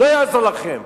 לא יעזור לכם.